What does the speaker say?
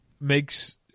makes